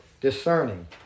discerning